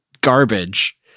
garbage